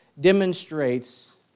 demonstrates